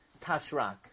tashrak